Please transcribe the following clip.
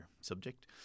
subject